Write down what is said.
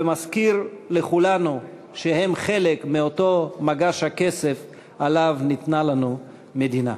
ומזכיר לכולנו שהם חלק מאותו מגש הכסף שעליו ניתנה לנו מדינה.